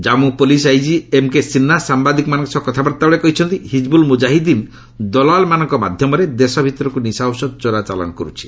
ଜାନ୍ଧୁ police IG M K Sinha ସାମ୍ବାଦିକମାନଙ୍କ ସହ କଥାବାର୍ତ୍ତା ବେଳେ କହିଛନ୍ତି ହିଜିବୁଲ୍ ମୁଜାହିଦିନ ଦଲାଲମାନଙ୍କ ମାଧ୍ୟମରେ ଦେଶ ଭିତରକୁ ନିଶା ଔଷଧ ଚୋରା ଚାଲାଣ କରୁଛି